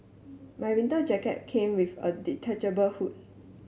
my winter jacket came with a detachable hood